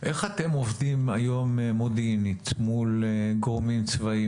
איך אתם עובדים היום מודיעינית מול גורמים צבאיים